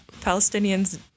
palestinians